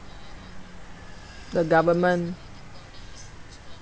the government